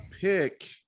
pick